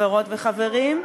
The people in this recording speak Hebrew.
חברות וחברים,